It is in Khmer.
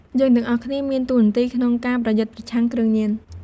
យើងទាំងអស់គ្នាមានតួនាទីក្នុងការប្រយុទ្ធប្រឆាំងគ្រឿងញៀន។